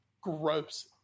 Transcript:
gross